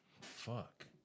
fuck